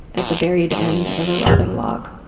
at the buried end of a rotting log.